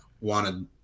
wanted